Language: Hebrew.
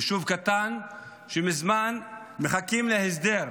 יישוב קטן שמזמן מחכה להסדרה